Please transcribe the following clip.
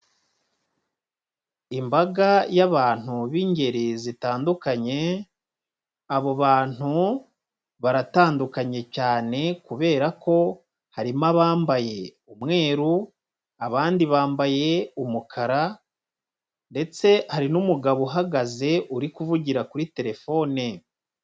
Imbaga y'abantu b'ingeri zitandukanye, abo bantu baratandukanye cyane kubera ko harimo abambaye umweru, abandi bambaye umukara ndetse hari n'umugabo uhagaze uri kuvugira kuri telefone.